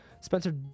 Spencer